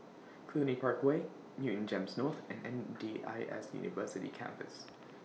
Cluny Park Way Newton Gems North and M D I S University Campus